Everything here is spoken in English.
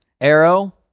Arrow